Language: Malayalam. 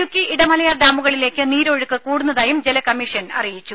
ഇടുക്കി ഇടമലയാർ ഡാമുകളിലേക്ക് നീരൊഴുക്ക് കൂടുന്നതായും ജലകമ്മീഷൻ അറിയിച്ചു